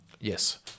Yes